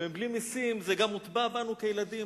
מבלי משים זה גם הוטבע בנו כילדים.